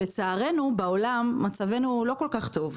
לצערנו, בעולם מצבנו לא כל כך טוב.